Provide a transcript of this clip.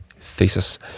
thesis